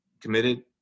committed